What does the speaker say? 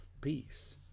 peace